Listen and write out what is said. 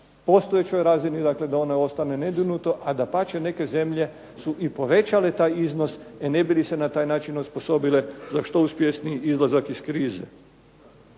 postojećoj razini, dakle da ono ostane nedirnuto, a dapače neke zemlje su i povećale taj iznos ne bi li se na taj način osposobile za što uspješniji izlazak iz krize.